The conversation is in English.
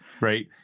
Right